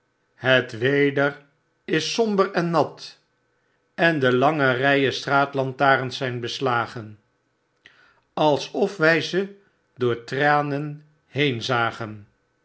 het weder is somber en nat en de lange rjjen straatlantaarns zijn beslagen alsof wij ze door tranen heen